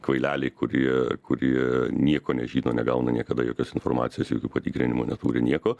kvaileliai kurie kurie nieko nežino negauna niekada jokios informacijos jokių patikrinimų neturi nieko